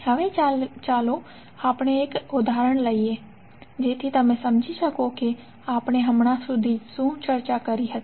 હવે ચાલો આપણે એક ઉદાહરણ લઈએ જેથી તમે સમજી શકો કે આપણે હમણાં સુધી શું ચર્ચા કરી છે